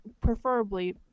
preferably